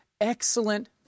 excellent